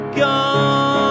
gone